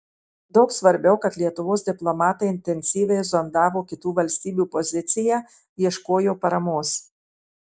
daug svarbiau kad lietuvos diplomatai intensyviai zondavo kitų valstybių poziciją ieškojo paramos